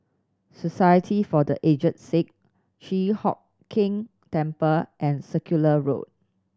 Society for The Aged Sick Chi Hock Keng Temple and Circular Road